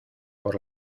por